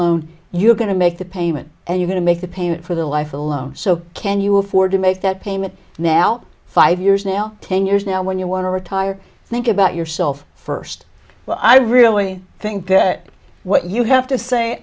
loan you're going to make the payment and you can make the payment for the life alone so can you afford to make that payment now five years now ten years now when you want to retire think about yourself first well i really think that what you have to say